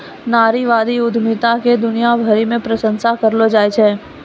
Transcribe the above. नारीवादी उद्यमिता के दुनिया भरी मे प्रशंसा करलो जाय छै